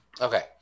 Okay